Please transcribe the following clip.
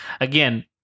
again